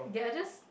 they are just